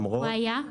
הוא היה?